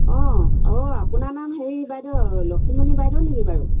অঁ অঁ আপোনাৰ নাম হেৰি বাইদেউ লক্ষীমণি বাইদেউ নেকি বাৰু